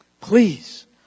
Please